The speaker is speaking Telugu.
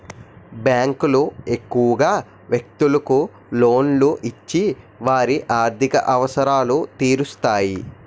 బ్యాంకులు ఎక్కువగా వ్యక్తులకు లోన్లు ఇచ్చి వారి ఆర్థిక అవసరాలు తీరుస్తాయి